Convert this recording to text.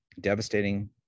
devastating